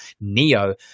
neo